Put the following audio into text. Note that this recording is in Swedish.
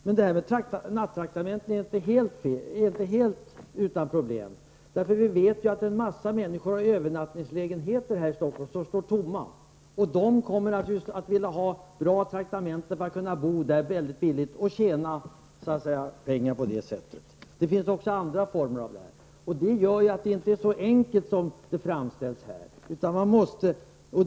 Men frågan om nattraktamenten är inte helt utan problem. Vi vet att många människor har övernattningslägenheter här i Stockholm som står tomma. De kommer naturligtvis att vilja ha bra traktamenten för att kunna bo där väldigt billigt och tjäna pengar på det sättet. Det finns också andra avigsidor, och det gör att det inte är så enkelt som Erik Holmkvist framställer det.